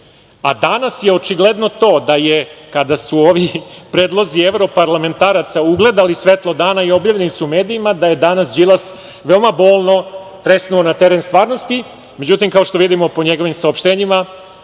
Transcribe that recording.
Danas je očigledno to da je kada su ovi predlozi evroparlamentaraca ugledali svetlo dana i objavljeni su u medijama da je danas Đilas veoma bolno tresnuo na teren stvarnosti.Međutim, kao što vidimo po njegovim saopštenjima,